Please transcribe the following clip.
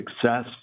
success